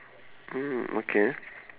mm okay